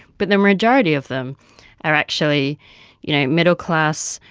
but the majority of them are actually you know middle-class,